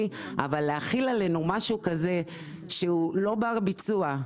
אבל להחיל עלינו משהו כזה שהוא לא בר ביצוע,